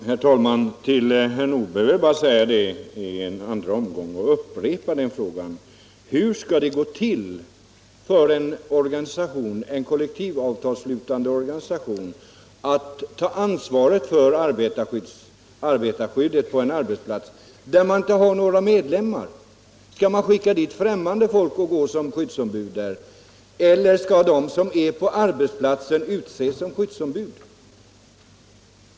Herr talman! Jag vill bara för herr Nordberg upprepa frågan: Hur skall det gå till för en kollektivavtalsslutande organisation att ta ansvar för arbetarskyddet på en arbetsplats där man inte har några medlemmar? Skall man skicka dit främmande människor som skyddsombud eller skall de som är på arbetsplatsen utses till skyddsombud?